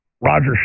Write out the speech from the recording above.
Roger